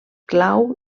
clau